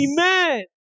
Amen